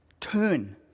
Turn